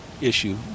issue